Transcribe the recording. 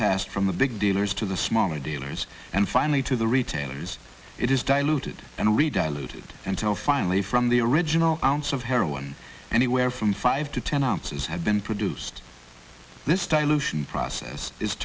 passed from the big dealers to the smaller dealers and finally to the retailers it is diluted and read a loaded until finally from the original ounce of heroin anywhere from five to ten ounces have been produced this dilution process i